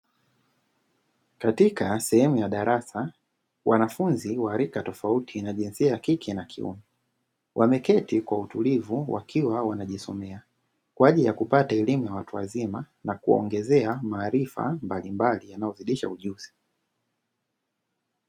Katika sehemu ya darasa wanafunzi wa rika tofauti na jinsia ya kike na kiume, wameketi kwa utulivu wakiwa wanajisomea kwajili ya kupata elimu ya watu wazima na kuongezea maarifa mbalimbali yanayozidisha ujuzi.